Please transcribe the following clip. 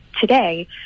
today